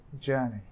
journey